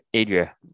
Adria